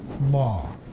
law